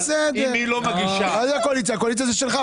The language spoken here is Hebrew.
היה קואליציה, הקואליציה היא שלך.